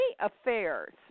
affairs